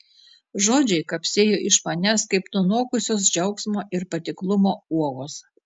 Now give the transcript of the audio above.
žodžiai kapsėjo iš manęs kaip nunokusios džiaugsmo ir patiklumo uogos